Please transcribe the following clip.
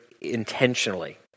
intentionally